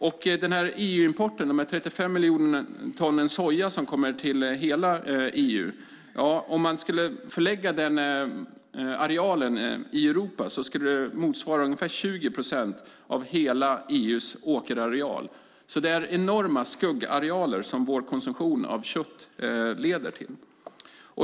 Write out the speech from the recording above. Om man skulle förlägga arealen för de 35 miljonerna ton soja som kommer till hela EU skulle det motsvara ungefär 20 procent av hela EU:s åkerareal. Det är alltså enorma skuggarealer som vår konsumtion av kött leder till.